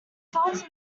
felt